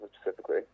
specifically